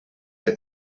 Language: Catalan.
que